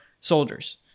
soldiers